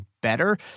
Better